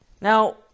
Now